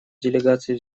делегаций